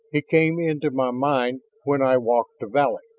he came into my mind when i walked the valley.